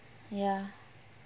ya